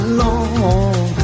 long